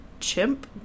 chimp